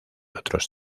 otros